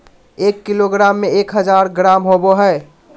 एक किलोग्राम में एक हजार ग्राम होबो हइ